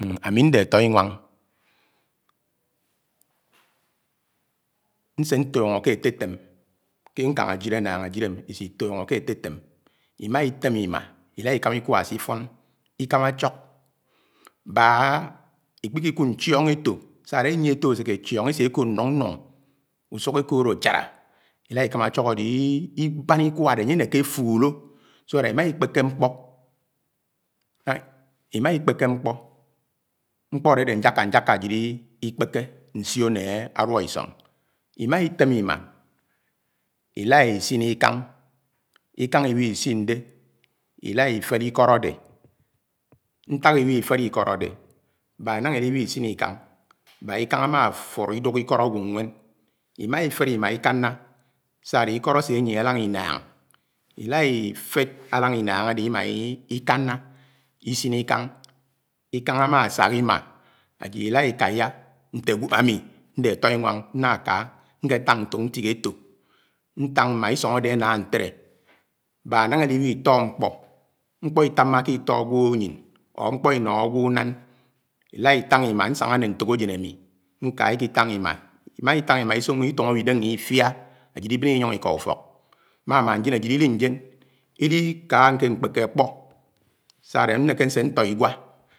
. Amì ñde átọ́ inwáng, nse ñtȯṅ ke átetém, ke nkañ ajid, annañ ajid m isi tóño ke átetém ima item imaa, ila ikámá ikwa sifon ikámá achọk mbak ikpi ki kud nchióng eto sa ade anye eto eseke chióng ese kood nung-nung, usuk ekood achala. Ila Ikama achok ade iban ikwa ade anye neke afuro so that Ima ikpéké ñkpọ ñkpó ade ade ñjaka ñjaka ajid ikpeke nsio ne aluó isoñg. Imaa item imaa, ila isin ikáng, ikáng ibihi sin de ila ifed iḱod ñtak ibihi fed ikód ade baak nañgá idibi Iain baak ikáng amá 'furo iduk ikót àgwo nwen imaa ifed imaa ikána sa ade ikót ase nyie adañga inaañ ila ifed adañga inaañ ade imaa ikaña isin ikáng. Ikáng ama sak imaa ajid ilá ikáyá ntè gwo ami nde ató inwáng nkaa nke tang ntok ntihẽ etõ, ñtáng mma isóng ade ana ntele mbák nañga ed'ibi itọ ñkpó, ñkpọ́ itamãkẽ itọ́ agwo ányin or nkpó inọ́họ́ ágwo únán. Ila itang imaa nsaña ne ntokájen ami nkaa iki tang imaa. imaa itang imaa isioño itúng abi dénge ifia ajid iben inyongo ika úfọk. Mámá ndien ajid eli ndien idi ka ke nkpẽkẽ akpọ sá-adé nneke nse ntọ igwa.